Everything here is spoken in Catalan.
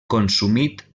consumit